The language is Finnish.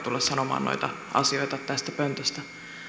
tulla sanomaan noita asioita tästä pöntöstä